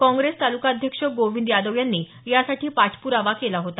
काँग्रेस ताल्काध्यक्ष गोविंद यादव यांनी यासाठी पाठप्रावा केला होता